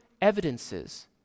evidences